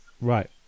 Right